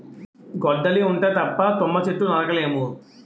గొడ్డలి ఉంటే తప్ప తుమ్మ చెట్టు నరక లేము